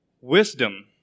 Wisdom